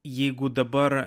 jeigu dabar